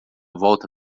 volta